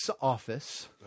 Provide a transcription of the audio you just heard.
office